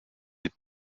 des